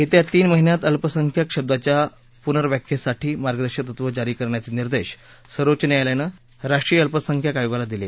येत्या तीन महिन्यात अल्पसंख्याक शब्दाच्या पुनर व्याख्येसाठी मार्गदर्शक तत्वं जारी करण्याचे निर्देश सर्वोच्च न्यायालयानं राष्ट्रीय अल्पसंख्याक आयोगाला दिले